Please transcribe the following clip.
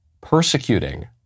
persecuting